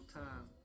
time